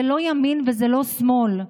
זה לא ימין וזה לא שמאל.